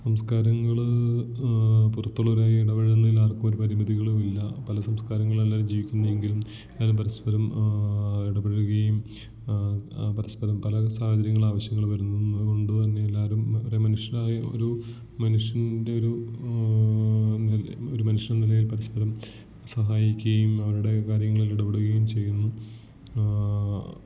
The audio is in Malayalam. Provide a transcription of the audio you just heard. സംസ്കാരങ്ങള് പുറത്തുള്ളവരായി ഇടപഴകുന്നതിൽ ആർക്കും ഒരു പരിമിതികളുവില്ല പല സംസ്കാരങ്ങളില് ജീവിക്കുന്നത് എങ്കിലും എല്ലാവരും പരസ്പരം ഇടപഴകിയും പരസ്പരം പല സാഹചര്യങ്ങളിൽ ആവശ്യങ്ങള് വരുന്നത് കൊണ്ട് തന്നെ എല്ലാവരും ഒരേ മനുഷ്യരായി ഒരു മനുഷ്യന്റെ ഒരു അല്ലെൽ ഒര് മനുഷ്യനെന്ന നിലയില് പരസ്പരം സഹായിക്കുകയും അവരുടെ കാര്യങ്ങളിൽ ഇടപെടുകയും ചെയ്യുന്നു